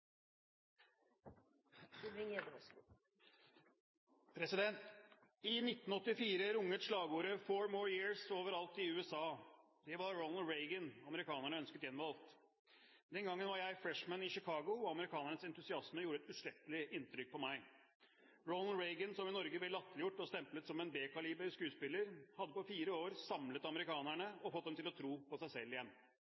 I 1984 runget slagordet «Four more years» overalt i USA. Det var Ronald Reagan amerikanerne ønsket gjenvalgt. Den gangen var jeg «freshman» i Chicago, og amerikanernes entusiasme gjorde et uutslettelig inntrykk på meg. Ronald Reagan, som i Norge ble latterliggjort og stemplet som en B-kaliber skuespiller, hadde på fire år samlet amerikanerne